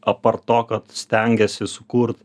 apart to kad stengiasi sukurt